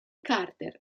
carter